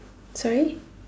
sorry